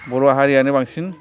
बर' हारिआनो बांसिन